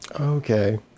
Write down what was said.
Okay